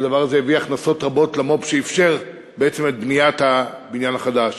והדבר הזה הביא הכנסות רבות למו"פ שאפשר בעצם את בניית הבניין החדש,